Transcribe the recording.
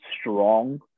strong